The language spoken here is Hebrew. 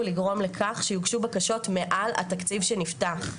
לגרום לכך שהוגשו בקשות מעל התקציב שנפתח.